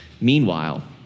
Meanwhile